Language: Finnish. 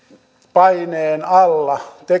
paineen alla